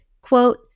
Quote